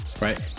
right